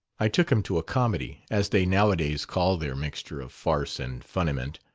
i took him to a comedy as they nowadays call their mixture of farce and funniment.